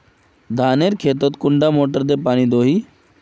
धानेर खेतोत कुंडा मोटर दे पानी दोही?